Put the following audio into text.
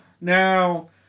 Now